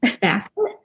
basket